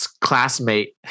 classmate